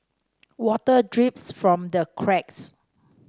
water drips from the cracks